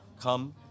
Come